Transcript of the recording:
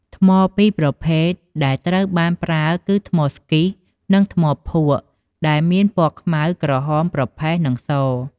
ថ្មពីរប្រភេទដែលត្រូវបានប្រើគឺថ្មស្គីស (schist) និងថ្មភក់ ដែលមានពណ៌ខ្មៅ ក្រហម ប្រផេះ និងស។